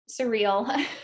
surreal